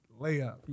layup